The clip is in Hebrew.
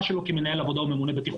שלו כמנהל עבודה או ממונה בטיחות.